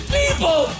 people